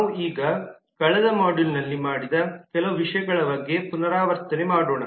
ನಾವು ಈಗ ಕಳೆದ ಮಾಡ್ಯೂಲ್ನಲ್ಲಿ ಮಾಡಿದ ಕೆಲವು ವಿಷಯಗಳ ಬಗ್ಗೆ ಪುನರಾವರ್ತನೆ ಮಾಡೋಣ